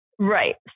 Right